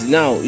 now